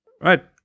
Right